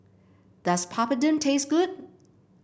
does Papadum taste good